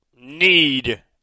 need